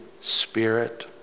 spirit